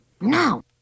No